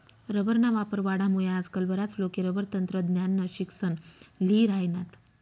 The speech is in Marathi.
रबरना वापर वाढामुये आजकाल बराच लोके रबर तंत्रज्ञाननं शिक्सन ल्ही राहिनात